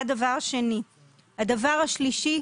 הדבר השלישי.